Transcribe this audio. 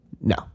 No